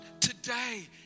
Today